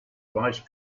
vice